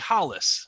Hollis